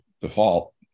default